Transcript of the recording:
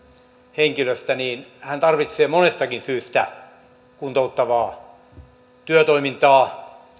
henkilöstä niin hän tarvitsee monestakin syystä kuntouttavaa työtoimintaa